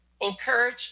encourage